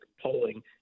polling